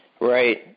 Right